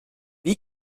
wie